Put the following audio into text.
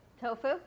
Tofu